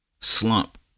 slump